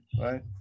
right